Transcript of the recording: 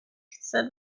said